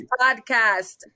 Podcast